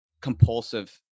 compulsive